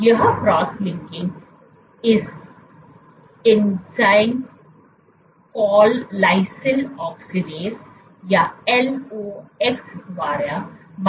यह cross linking इस enzyme call lysyl oxidase या LOX द्वारा मध्यस्थता की गई थी